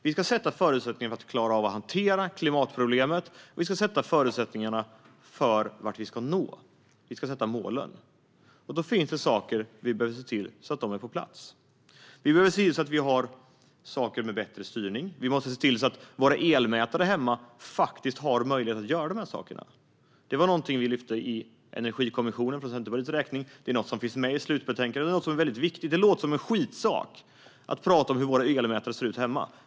Vi ska ge förutsättningarna för att klara av att hantera klimatproblemet. Och vi ska sätta målen om vart vi ska nå. Då finns det saker som vi behöver se till är på plats. Vi behöver se till att vi har saker med bättre styrning. Vi måste se till att våra elmätare hemma har möjlighet att göra dessa saker. Det var någonting vi lyfte fram i Energikommissionen från Centerpartiets sida. Det är något som finns med i slutbetänkandet. Det är något som är väldigt viktigt. Det låter som en skitsak att prata om hur våra elmätare ser ut hemma.